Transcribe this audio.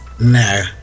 No